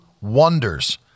wonders